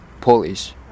Polish